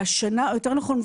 יותר נכון,